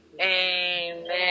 Amen